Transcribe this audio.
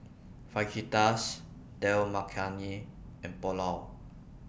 Fajitas Dal Makhani and Pulao